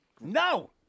no